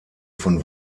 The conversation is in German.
von